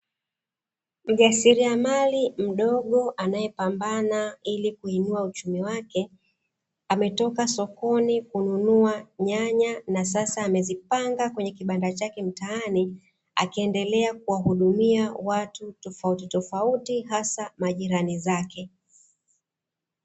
Mjasiriamari mdogo anaye pambana ili kuinuna uchumi wake, ametoka sokoni kununua nyanya na sasa amezipanga kwenye kibandani chake mtaani, akiendelea kuwahudumia watu tofautitofauti, hasa majirani zake.